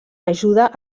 ajuda